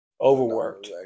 Overworked